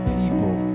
people